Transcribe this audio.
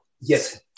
Yes